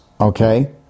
okay